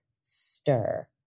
STIR